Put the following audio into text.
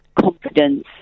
confidence